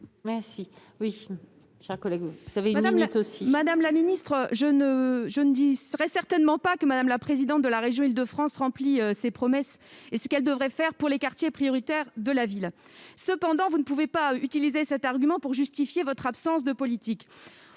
Taillé-Polian. Je ne dirai certainement pas que Mme la présidente de la région Île-de-France tient ses promesses et fait ce qu'elle devrait faire pour les quartiers prioritaires de la politique de la ville. Cependant, vous ne pouvez pas utiliser cet argument pour justifier votre absence de politique